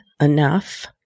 enough